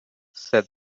said